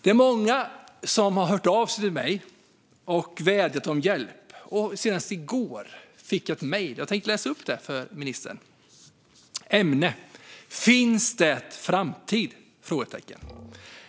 Det är många som har hört av sig till mig och vädjat om hjälp. Senast i går fick jag ett mejl som jag tänkte läsa upp för ministern. Ämnet är: Finns det en framtid? Där står följande: